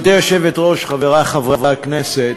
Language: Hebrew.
גברתי היושבת-ראש, חברי חברי הכנסת,